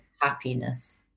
happiness